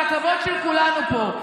זה הכבוד של כולנו פה.